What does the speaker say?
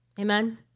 Amen